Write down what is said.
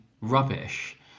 rubbish